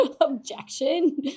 objection